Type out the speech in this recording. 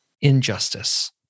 injustice